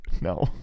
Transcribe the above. No